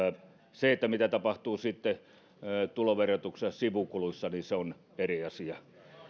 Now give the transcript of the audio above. se mitä tapahtuu sitten tuloverotuksessa sivukuluissa niin se on eri asia